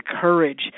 courage